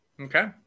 Okay